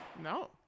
No